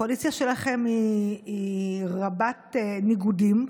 הקואליציה שלכם היא רבת ניגודים.